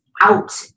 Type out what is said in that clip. out